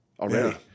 already